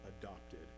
adopted